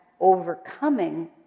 overcoming